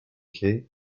kay